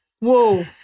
Whoa